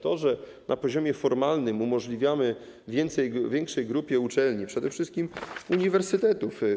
To, że na poziomie formalnym umożliwiamy większej grupie uczelni, przede wszystkim uniwersytetów.